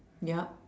yup